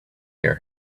hear